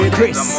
Chris